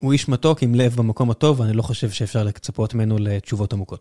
הוא איש מתוק עם לב במקום הטוב ואני לא חושב שאפשר לקצפות מנו לתשובות עמוקות.